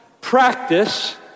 practice